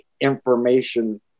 information